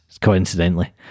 Coincidentally